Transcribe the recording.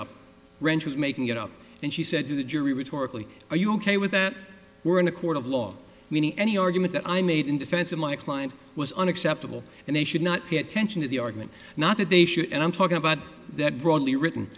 up wrench was making it up and she said to the jury rhetorical are you ok with that we're in a court of law meaning any argument that i made in defense of my client was unacceptable and they should not get tension in the argument not that they should and i'm talking about that broadly written